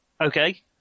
okay